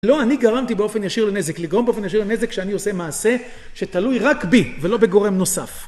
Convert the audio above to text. לא אני גרמתי באופן ישיר לנזק, לגרום באופן ישיר לנזק שאני עושה מעשה שתלוי רק בי, ולא בגורם נוסף.